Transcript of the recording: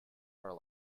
are